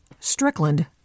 Strickland